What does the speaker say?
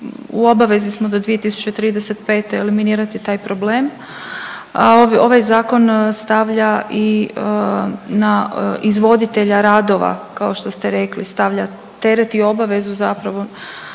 U obavezi smo do 2035. eliminirati taj problem. Ovaj zakon stavlja i na izvoditelja radova kao što ste rekli stavlja teret i obavezu zapravo